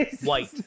white